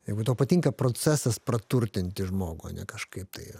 jeigu tau patinka procesas praturtinti žmogų ane kažkaip tai